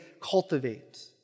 cultivate